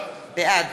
בעד